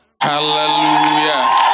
Hallelujah